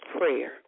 prayer